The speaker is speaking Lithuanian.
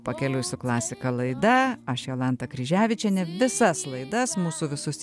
pakeliui su klasika laida aš jolanta kryževičienė visas laidas mūsų visus